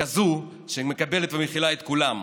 כזו שמקבלת ומכילה את כולם,